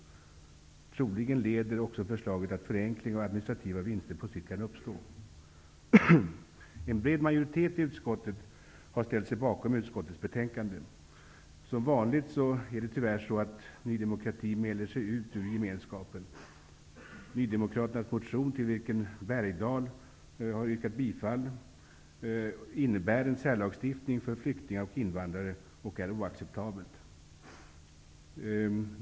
Troligen leder också förslaget till att förenklingar och administrativa vinster på sikt kan uppstå. En bred majoritet i utskottet har ställt sig bakom utskottets skrivning. Som vanligt mäler sig, tyvärr, Ny demokrati ur gemenskapen. Nydemokraternas motion, till vilken Lars Moquist har yrkat bifall, innebär en särlagstiftning för flyktingar och invandrare och är oacceptabel.